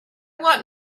want